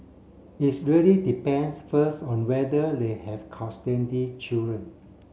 is really depends first on whether they have custody children